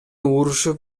урушуп